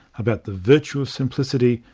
about the virtue of simplicity,